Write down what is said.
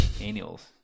annuals